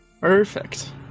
Perfect